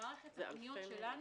במערכת הפניות שלנו,